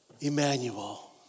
Emmanuel